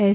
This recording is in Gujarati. એસ